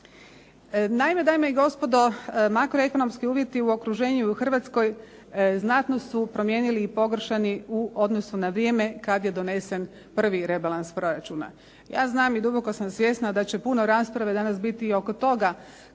Naime, dame i gospodo, makroekonomski uvjeti u okruženju u Hrvatskoj znatno su promijenili i pogoršani u odnosu na vrijeme kad je donesen prvi rebalans proračuna. Ja znam i duboko sam svjesna da će puno rasprave danas biti i oko toga